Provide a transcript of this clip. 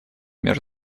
мер